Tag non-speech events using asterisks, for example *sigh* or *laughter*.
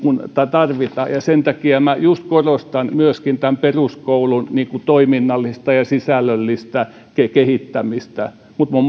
tarvita ja sen takia minä just korostan myöskin peruskoulun toiminnallista ja sisällöllistä kehittämistä mutta muun *unintelligible*